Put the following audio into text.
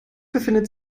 befindet